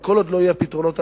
כל עוד לא יהיו פתרונות אחרים,